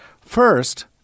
First